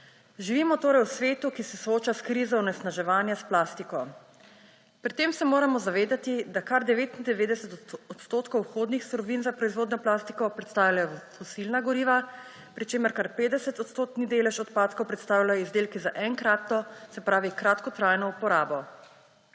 Živimo torej v svetu, ki se sooča s krizo onesnaževanja s plastiko. Pri tem se moramo zavedati, da kar 99 odstotkov vhodnih surovin za proizvodnjo plastike predstavljajo fosilna goriva, pri čemer kar 50-odstotni delež odpadkov predstavljajo izdelki za enkratno, se pravi kratkotrajno uporabo.